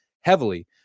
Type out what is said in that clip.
heavily